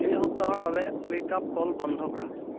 এই সপ্তাহৰ বাবে ৱে'ক আপ কল বন্ধ কৰা